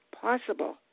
possible